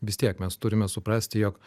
vis tiek mes turime suprasti jog